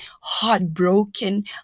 heartbroken